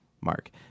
mark